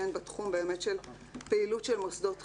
שהן בתחום של פעילות של מוסדות חינוך,